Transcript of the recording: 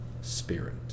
spirit